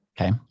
okay